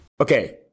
Okay